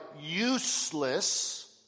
useless